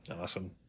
awesome